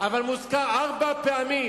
מוזכר ארבע פעמים